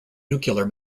nuclear